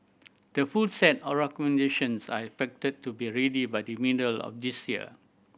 the full set of recommendations are expected to be ready by the middle of this year